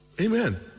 amen